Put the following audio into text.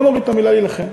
בואי נוריד את המילה להילחם.